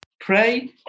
Pray